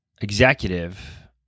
executive